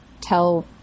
tell